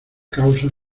causa